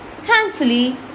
Thankfully